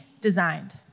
designed